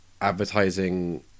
advertising